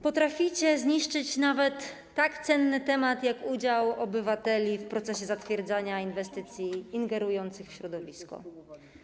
Potraficie zniszczyć nawet tak cenny temat jak udział obywateli w procesie zatwierdzania inwestycji ingerujących w środowisko.